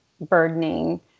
burdening